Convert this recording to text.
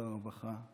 שר הרווחה,